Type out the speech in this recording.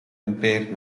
impaired